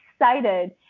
excited